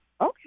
Okay